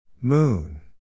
Moon